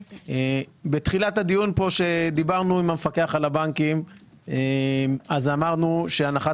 בתחילת הדיון כאן דיברנו עם המפקח על הבנקים ואמרנו שהנחת